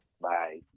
Bye